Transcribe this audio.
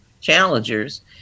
challengers